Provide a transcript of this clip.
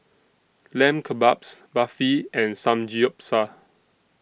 Lamb Kebabs Barfi and Samgeyopsal